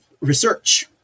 research